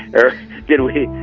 or did we,